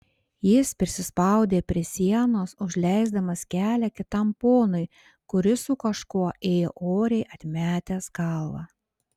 jis prisispaudė prie sienos užleisdamas kelią kitam ponui kuris su kažkuo ėjo oriai atmetęs galvą